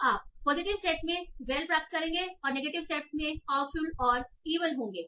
तो आप positive set में वेल प्राप्त करेंगे और नेगेटिव सेट में आवफुल और ईविल होंगे